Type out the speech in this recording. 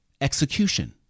execution